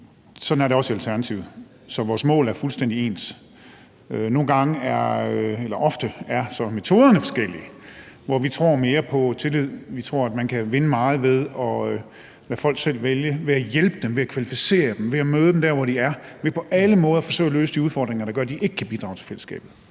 Sådan har vi det også i Alternativet, så vores mål er fuldstændig ens. Ofte er metoderne dog forskellige, hvor vi tror mere på tillid. Vi tror, man kan vinde meget ved at lade folk vælge selv, ved at hjælpe dem, ved at kvalificere dem, ved at møde dem der, hvor de er, og ved på alle måder at forsøge at løse de udfordringer, der gør, at de ikke kan bidrage til fællesskabet.